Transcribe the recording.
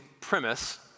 premise